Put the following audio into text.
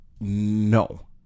no